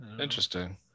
interesting